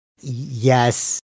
yes